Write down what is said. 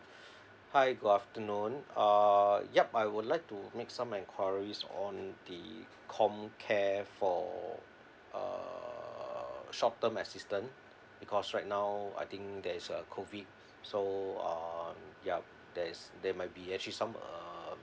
hi good afternoon uh yup I would like to make some enquiries on the comcare for uh short term assistance because right now I think there's a COVID so uh ya there's there might be actually some uh